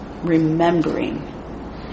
Remembering